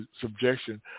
subjection